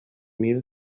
mil